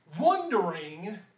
wondering